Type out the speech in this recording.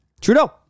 Trudeau